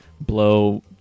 blow